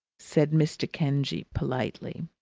said mr. kenge politely.